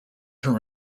term